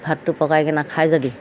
ভাতটো পকাই কেনা খাই যাবি